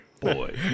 Boy